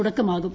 തുടക്കമാകും